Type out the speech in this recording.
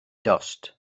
dost